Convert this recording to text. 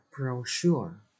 Brochure